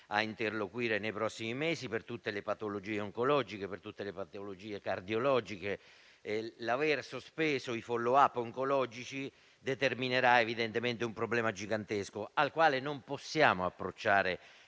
a interloquire nei prossimi mesi per tutte le patologie oncologiche e cardiologiche. L'aver sospeso i *follow-up* oncologici determinerà evidentemente un problema gigantesco, che non possiamo affrontare